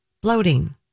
bloating